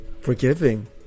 forgiving